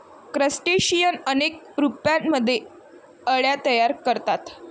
crustacean अनेक रूपांमध्ये अळ्या तयार करतात